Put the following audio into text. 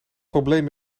probleem